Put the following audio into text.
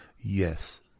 yes